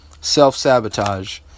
Self-sabotage